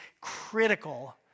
critical